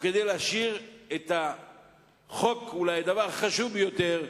וכדי להשאיר את החוק, אולי הדבר החשוב ביותר,